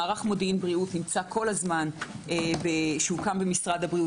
מערך מודיעין בריאות שהוקם במשרד הבריאות